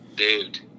Dude